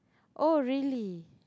oh really